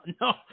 No